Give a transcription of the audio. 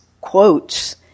quotes